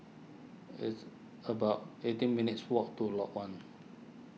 it's about eighteen minutes' walk to Lot one